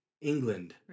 England